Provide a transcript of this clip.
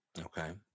Okay